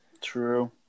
True